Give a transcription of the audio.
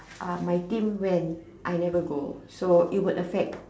my team went I never go so it would affect